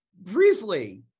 briefly